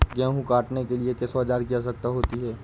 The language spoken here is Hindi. गेहूँ काटने के लिए किस औजार की आवश्यकता होती है?